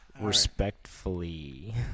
Respectfully